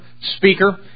speaker